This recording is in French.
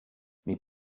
mes